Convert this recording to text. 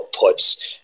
outputs